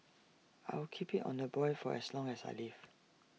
I'll keep IT on the boil for as long as I live